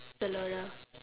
Zalora